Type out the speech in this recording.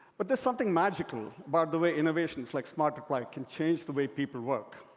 but there's something magical about the way innovations like smart reply can change the way people work.